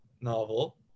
novel